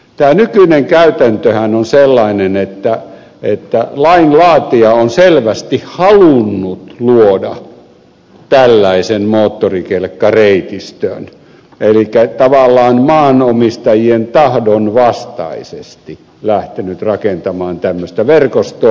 tämä nykyinen käytäntöhän on sellainen että lain laatija on selvästi halunnut luoda tällaisen moottorikelkkareitistön elikkä tavallaan maanomistajien tahdon vastaisesti lähtenyt rakentamaan tämmöistä verkostoa